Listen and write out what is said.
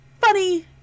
Funny